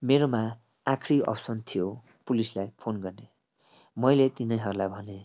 मेरोमा आखरी अप्सन थियो पुलिसलाई फोन गर्ने मैले तिनीहरूलाई भने